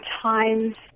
times